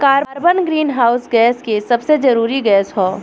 carbon greenhouse gas के सबसे जरूरी गैस ह